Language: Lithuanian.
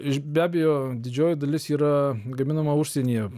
iš be abejo didžioji dalis yra gaminama užsienyje